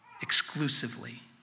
exclusively